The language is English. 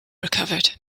recovered